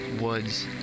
woods